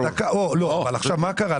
אבל מה קרה?